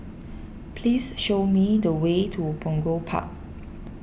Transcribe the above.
please show me the way to Punggol Park